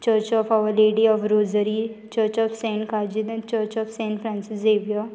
church of Our Lady of Rosary church of Saint Cajetan एन church of Saint Francis Xavier